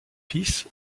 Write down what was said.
fils